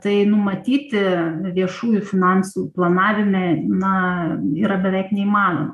tai numatyti viešųjų finansų planavime na yra beveik neįmanoma